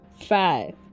five